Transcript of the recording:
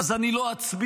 אז אני לא אצביע,